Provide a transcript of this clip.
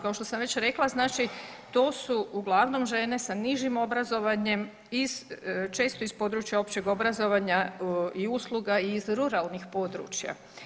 Kao što sam već rekla znači to su uglavnom žene sa nižim obrazovanjem iz, često iz područja općeg obrazovanja i usluga i iz ruralnih područja.